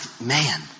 man